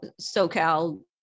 SoCal